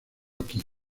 aquí